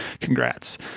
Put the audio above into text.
congrats